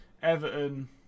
Everton